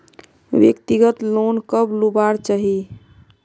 व्यक्तिगत लोन कब लुबार चही?